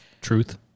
Truth